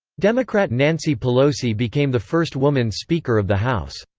democrat nancy pelosi became the first woman speaker of the house.